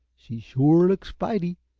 she shore looks fighty,